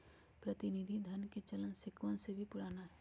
प्रतिनिधि धन के चलन सिक्कवन से भी पुराना हई